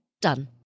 Done